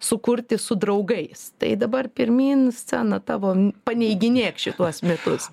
sukurti su draugais tai dabar pirmyn scena tavo paneiginėk šituos mitus